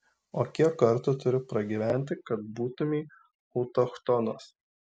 o kiek kartų turi pragyventi kad būtumei autochtonas